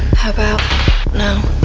how about now?